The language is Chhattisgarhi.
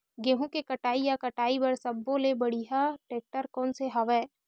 गेहूं के कटाई या कटाई बर सब्बो ले बढ़िया टेक्टर कोन सा हवय?